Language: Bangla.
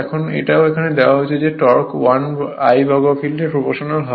এখন এটাও দেওয়া হয়েছে যে টর্ক 1 বর্গফিল্ডের প্রপ্রোশনাল হয়